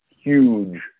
huge